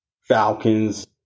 Falcons